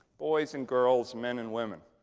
boys and girls, men and women.